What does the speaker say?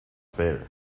fair